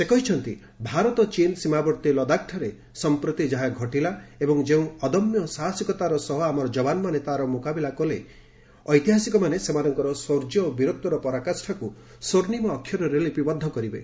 ସେ କହିଛନ୍ତି ଭାରତ ଚୀନ୍ ସୀମାବର୍ତୀ ଲଦାଖଠାରେ ସମ୍ପ୍ରତି ଯାହା ଘଟିଲା ଏବଂ ଯେଉଁ ଅଦମ୍ୟ ସାହସିକତାର ସହ ଆମର ଜବାନ୍ମାନେ ତାର ମୁକାବିଲା କଲେ ଇତିହାସକାରମାନେ ସେମାନଙ୍କର ଶୌର୍ଯ୍ୟ ଓ ବୀରତ୍ପର ପରାକାଷାକୁ ସ୍ୱର୍ଷ୍ଣିମ ଅକ୍ଷରରେ ଲିପିବଦ୍ଧ କରିବେ